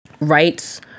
rights